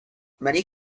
many